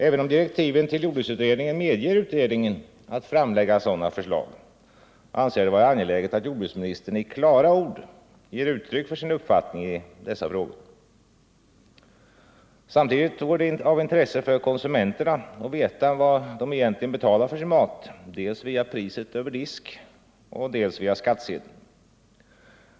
Även om direktiven till jordbruksutredningen medger utredningen att framlägga sådana förslag, anser jag det vara angeläget att jordbruksministern i klara ord ger uttryck för sin uppfattning i dessa frågor. Samtidigt vore det av intresse för konsumenterna att veta vad de egentligen betalar för sin mat dels via priset över disk, dels via skattsedeln.